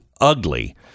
ugly